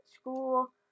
school